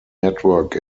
network